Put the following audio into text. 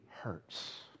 hurts